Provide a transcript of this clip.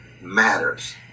Matters